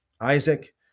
Isaac